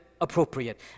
appropriate